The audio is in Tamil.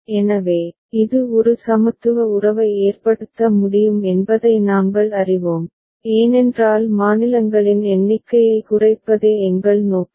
எனவே இது ஒரு சமத்துவ உறவை ஏற்படுத்த முடியும் என்பதை நாங்கள் அறிவோம் ஏனென்றால் மாநிலங்களின் எண்ணிக்கையை குறைப்பதே எங்கள் நோக்கம்